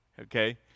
Okay